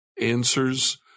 answers